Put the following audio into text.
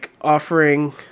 offering